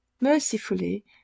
Mercifully